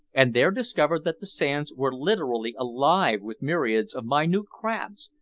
and there discovered that the sands were literally alive with myriads of minute crabs,